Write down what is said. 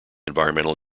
environmental